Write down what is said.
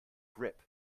grip